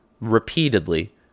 repeatedly